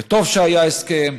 וטוב שהיה הסכם.